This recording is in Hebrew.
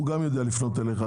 הוא גם יודע לפנות אליך.